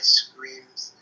screams